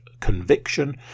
Conviction